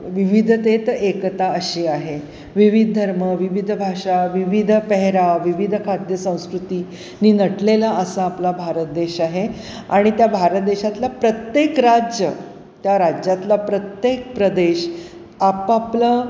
विविधतेत एकता अशी आहे विविध धर्म विविध भाषा विविध पेहराव विविध खाद्य संस्कृती नी नटलेला असा आपला भारत देश आहे आणि त्या भारत देशातला प्रत्येक राज्य त्या राज्यातला प्रत्येक प्रदेश आपापलं